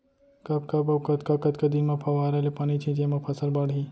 कब कब अऊ कतका कतका दिन म फव्वारा ले पानी छिंचे म फसल बाड़ही?